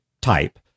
type